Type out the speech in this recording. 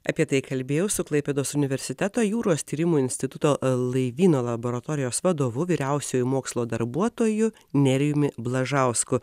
apie tai kalbėjau su klaipėdos universiteto jūros tyrimų instituto laivyno laboratorijos vadovu vyriausiuoju mokslo darbuotoju nerijumi blažausku